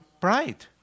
pride